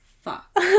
fuck